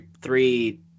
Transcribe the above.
three